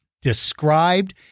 Described